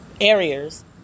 areas